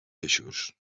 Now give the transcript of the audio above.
eixos